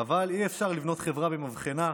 אבל אי-אפשר לבנות חברה במבחנה,